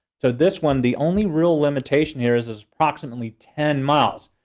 so this one, the only real limitation here is is approximately ten miles.